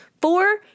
Four